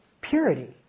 purity